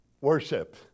worship